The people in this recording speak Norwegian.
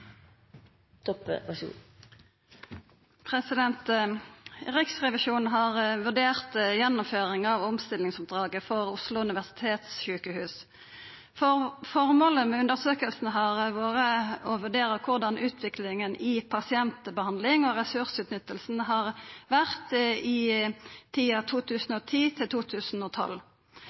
Riksrevisjonen har vurdert gjennomføringa av omstillingsoppdraget for Oslo universitetssykehus. Formålet med undersøkinga har vore å vurdera korleis utviklinga i pasientbehandling og ressursutnyttinga har vore i tida